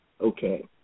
Okay